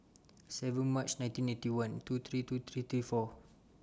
seven March nineteen Eighty One two three two three three four